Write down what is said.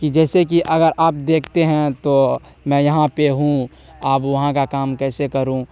کہ جیسے کہ اگر آپ دیکھتے ہیں تو میں یہاں پہ ہوں آپ وہاں کا کام کیسے کروں